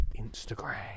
instagram